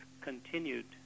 continued